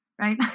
right